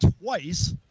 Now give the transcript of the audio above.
twice